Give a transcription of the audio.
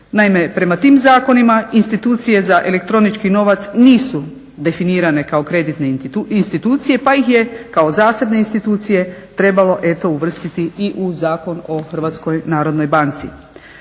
prema tim zakonima institucije za elektronički novac nisu definirane kao kreditne institucije pa ih je kao zasebne institucije trebalo eto uvrstiti i u Zakon o Hrvatskoj narodnoj banci.